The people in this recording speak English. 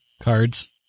Cards